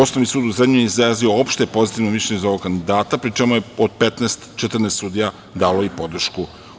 Osnovni sud u Zrenjaninu je izrazio opšte pozitivno mišljenje za ovog kandidata, pri čemu je, od 15, 14 sudija dalo i podršku.